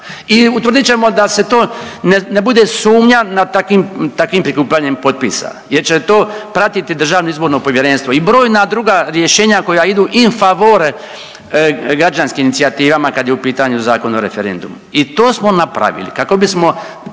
I utvrdit ćemo da se to ne bude sumnja nad takvim, takvim prikupljanjem potpisa jer će to pratiti Državno izborno povjerenstvo i brojna druga rješenja koja idu in favore građanskim inicijativama kad je u pitanju Zakon o referendumu. I to smo napravili kako bismo